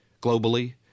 globally